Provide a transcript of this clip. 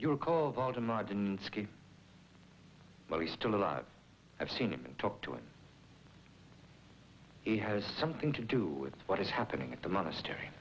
your call about him i didn't ski but he's still alive i've seen him and talked to him he has something to do with what is happening at the monastery